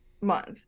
month